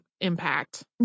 impact